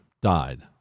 died